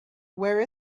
where